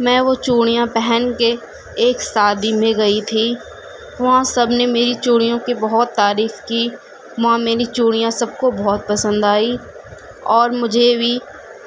میں وہ چوڑیاں پہن کے ایک سادی میں گئی تھی وہاں سب نے میری چوڑیوں کی بہت تعریف کی وہاں میری چوڑیاں سب کو بہت پسند آئی اور مجھے بھی